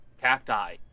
cacti